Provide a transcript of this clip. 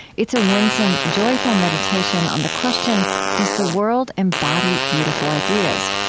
it's a winsome, joyful meditation on the question does the world embody beautiful ideas?